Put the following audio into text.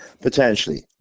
Potentially